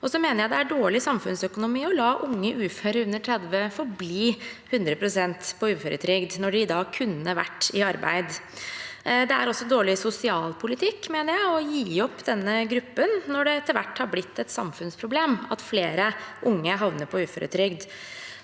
det er dårlig samfunnsøkonomi å la unge uføre under 30 forbli 100 pst. uføretrygdet når de i dag kunne vært i arbeid. Det er også dårlig sosialpolitikk, mener jeg, å gi opp denne gruppen når det etter hvert har blitt et samfunnsproblem at flere unge havner på uføretrygd.